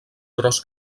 tros